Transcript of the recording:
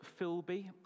Philby